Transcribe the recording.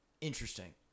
Interesting